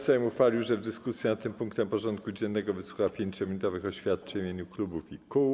Sejm ustalił, że w dyskusji nad tym punktem porządku dziennego wysłucha 5-minutowych oświadczeń w imieniu klubów i kół.